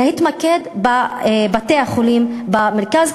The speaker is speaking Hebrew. להתמקד בבתי-החולים במרכז,